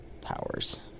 powers